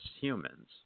humans